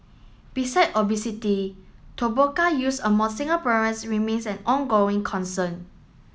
beside obesity use among Singaporeans remains an ongoing concern